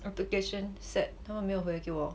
application set 他们没有回给我